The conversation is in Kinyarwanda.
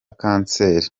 kanseri